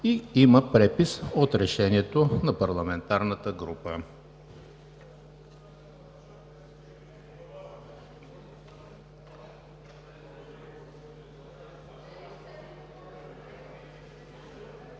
има препис от Решението на парламентарната група.